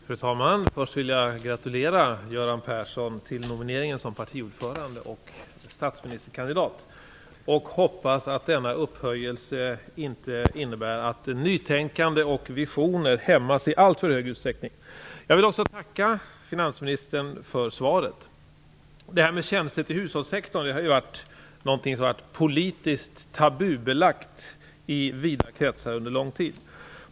Fru talman! Först vill jag gratulera Göran Persson till nomineringen till partiordförande och statsministerkandidat. Jag hoppas att denna upphöjelse inte innebär att nytänkande och visioner hämmas i alltför stor utsträckning. Jag vill också tacka finansministern för svaret. Det här med tjänster i hushållssektorn har ju varit politiskt tabubelagt i vida kretsar under lång tid.